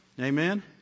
Amen